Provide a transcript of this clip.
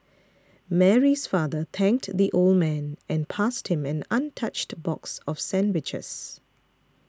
Mary's father thanked the old man and passed him an untouched box of sandwiches